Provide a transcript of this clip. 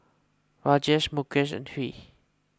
Rajesh Mukesh and Hri